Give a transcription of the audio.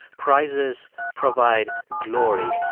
prizes provide glory.